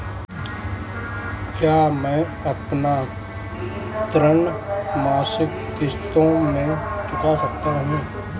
क्या मैं अपना ऋण मासिक किश्तों में चुका सकता हूँ?